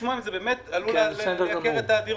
לשמוע האם זה באמת עלול לייקר את מחירי הדיור,